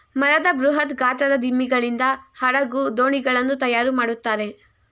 ಮರದ ಬೃಹತ್ ಗಾತ್ರದ ದಿಮ್ಮಿಗಳಿಂದ ಹಡಗು, ದೋಣಿಗಳನ್ನು ತಯಾರು ಮಾಡುತ್ತಾರೆ